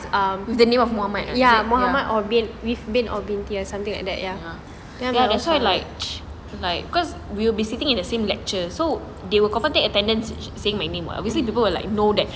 with the name of muhammad ya that's why like like because we'll be sitting in the same lecture so they will confirm take attendance saying my name [what] obviously people will like know that